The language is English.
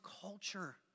culture